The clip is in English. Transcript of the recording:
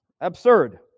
Absurd